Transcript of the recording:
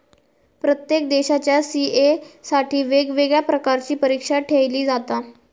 प्रत्येक देशाच्या सी.ए साठी वेगवेगळ्या प्रकारची परीक्षा ठेयली जाता